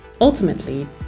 Ultimately